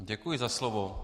Děkuji za slovo.